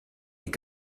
your